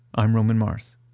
i'm roman mars